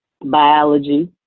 biology